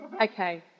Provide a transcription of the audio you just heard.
Okay